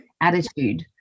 attitude